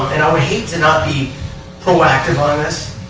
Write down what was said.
and i would hate to not be proactive on this.